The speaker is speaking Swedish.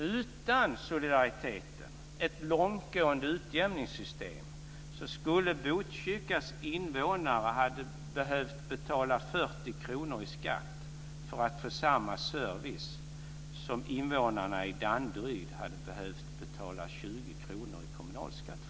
Utan solidariteten, ett långtgående utjämningssystem, skulle Botkyrkas invånare ha behövt betala 40 kr i skatt för att få samma service som invånarna i Danderyd hade behövt betala 20 kr i kommunalskatt för.